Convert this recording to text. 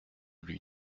lui